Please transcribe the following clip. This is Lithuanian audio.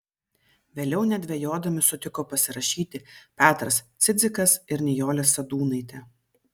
vėliau nedvejodami sutiko pasirašyti petras cidzikas ir nijolė sadūnaitė